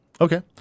Okay